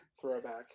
Throwback